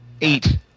eight